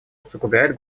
усугубляет